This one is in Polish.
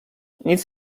nic